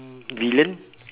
villain